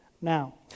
now